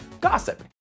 gossip